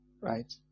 Right